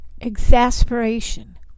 exasperation